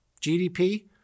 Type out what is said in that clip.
GDP